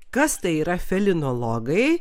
kas tai yra felinologai